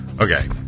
Okay